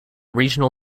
regional